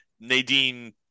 nadine